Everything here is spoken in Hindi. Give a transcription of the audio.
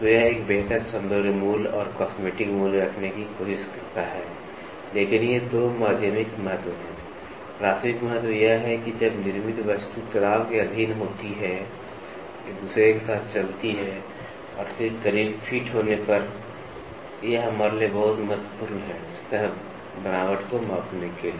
तो यह एक बेहतर सौंदर्य मूल्य और कॉस्मेटिक मूल्य रखने की कोशिश करता है लेकिन ये 2 माध्यमिक महत्व हैं प्राथमिक महत्व यह है कि जब निर्मित वस्तु तनाव के अधीन होती है एक दूसरे के साथ चलती है और फिर करीब फिट होने पर यह हमारे लिए बहुत महत्वपूर्ण है सतह बनावट को मापने के लिए